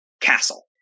castle